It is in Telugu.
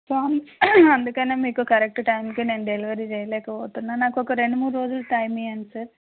ఫామ్ అందుకనే మీకు కరెక్ట్ టైమ్కి నేను డెలివరీ చేయలేకపోతున్నాను నాకు ఒక రెండు మూడు రోజులు టైమ్ ఇయ్యండి సార్